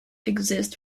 exist